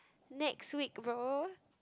next week bro